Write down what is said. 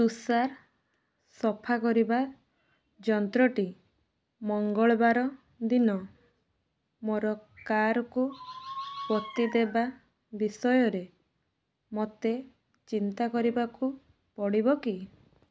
ତୁଷାର ସଫା କରିବା ଯନ୍ତ୍ରଟି ମଙ୍ଗଳବାର ଦିନ ମୋର କାରକୁ ପୋତିଦେବା ବିଷୟରେ ମୋତେ ଚିନ୍ତା କରିବାକୁ ପଡ଼ିବ କି